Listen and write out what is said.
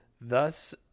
thus